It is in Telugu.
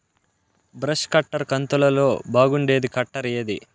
బ్రష్ కట్టర్ కంతులలో బాగుండేది కట్టర్ ఏది?